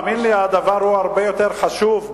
תאמין לי, הדבר הרבה יותר חשוב.